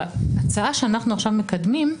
בהצעה שאנחנו עכשיו מקדמים,